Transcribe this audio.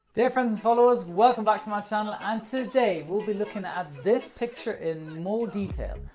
dear friends and followers, welcome back to my channel and today we'll be looking at this picture in more detail.